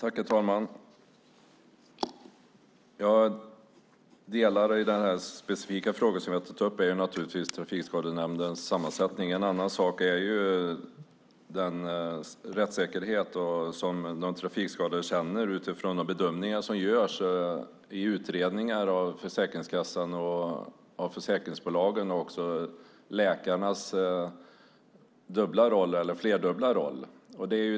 Herr talman! En del i den specifika fråga jag tar upp är naturligtvis Trafikskadenämndens sammansättning, och en annan del är den rättssäkerhet de trafikskadade känner utifrån de bedömningar som görs i utredningar av Försäkringskassan och försäkringsbolagen. Där finns också läkarnas dubbla eller flerdubbla roller.